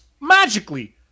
magically